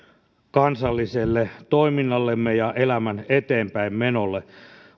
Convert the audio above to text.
kansalliselle toiminnallemme ja elämän eteenpäinmenolle